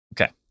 Okay